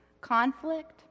conflict